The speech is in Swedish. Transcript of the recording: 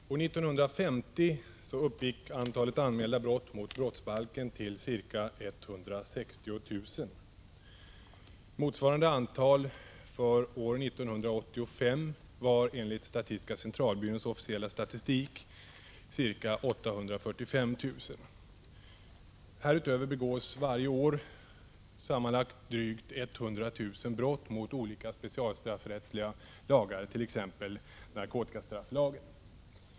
Fru talman! År 1950 uppgick antalet anmälda brott mot brottsbalken till ca 160 000. Motsvarande antal för år 1985 var enligt statistiska centralbyråns officiella statistik ca 845 000. Härutöver begås varje år sammanlagt drygt 100 000 brott mot olika specialstraffrättsliga lagar, t.ex. narkotikastrafflagen.